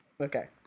Okay